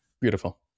Beautiful